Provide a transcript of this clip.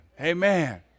Amen